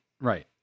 Right